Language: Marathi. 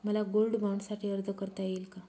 मला गोल्ड बाँडसाठी अर्ज करता येईल का?